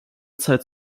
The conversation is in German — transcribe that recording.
zeit